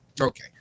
Okay